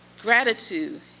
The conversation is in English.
gratitude